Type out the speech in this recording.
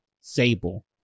Sable